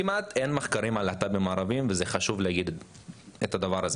כמעט ואין מחקרים על להט״בים ערבים וזה חשוב להגיד את זה.